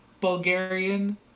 Bulgarian